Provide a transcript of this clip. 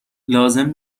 لازم